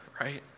right